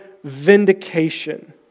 vindication